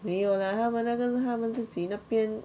没有啦她们那个是他们自己那边